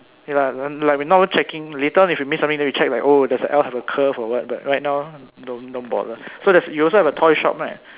K lah like we're not even checking later on if we miss something then we check if oh does your L have a curve or what but right now don't don't bother so you also have a toy shop right